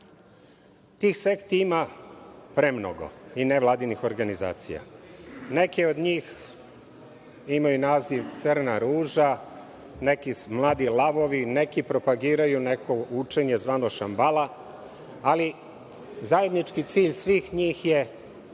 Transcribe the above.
Tih sekti ima premnogo i nevladinih organizacija. Neke od njih imaju naziv „Crna ruža“, neki „Mladi lavovi“ neki propagiraju neko učenje zvano šambala, ali zajednički cilj svih njih je